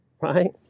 right